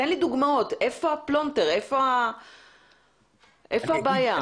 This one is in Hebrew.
תן לי דוגמאות היכן הפלונטר והיכן הבעיה.